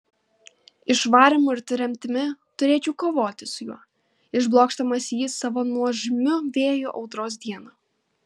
išvarymu ir tremtimi turėčiau kovoti su juo išblokšdamas jį savo nuožmiu vėju audros dieną